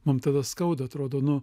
mum tada skauda atrodo nu